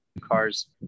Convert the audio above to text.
cars